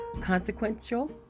consequential